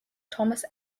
thomas